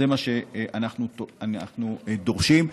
זה מה שאנחנו דורשים.